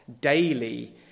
daily